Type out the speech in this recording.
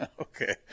Okay